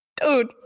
dude